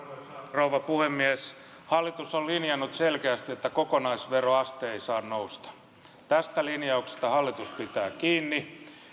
rouva puhemies hallitus on linjannut selkeästi että kokonaisveroaste ei saa nousta tästä linjauksesta hallitus pitää kiinni